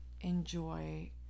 enjoy